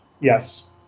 Yes